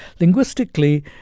Linguistically